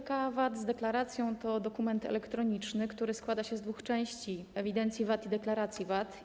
JPK_VAT z deklaracją to dokument elektroniczny, który składa się z dwóch części: ewidencji VAT i deklaracji VAT.